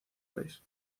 país